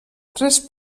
tres